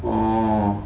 oh